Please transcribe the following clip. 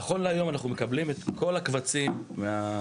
נכון להיום אנחנו מקבלים את כל הקבצים ממנה,